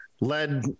led